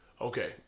Okay